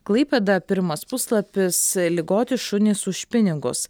klaipėda pirmas puslapis ligoti šunys už pinigus